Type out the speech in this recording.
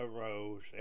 arose